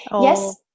Yes